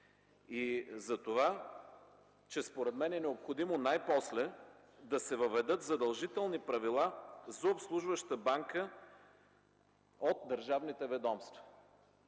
и затова, че според мен, е необходимо най-после да се въведат задължителни правила за обслужваща банка от държавните ведомства.